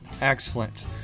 Excellent